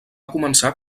començar